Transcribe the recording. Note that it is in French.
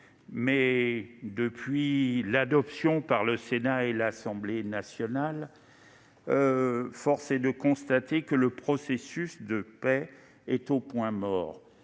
Mais, depuis son adoption par le Sénat et l'Assemblée nationale, force est de constater que le processus de paix est au point mort.